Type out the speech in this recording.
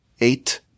eight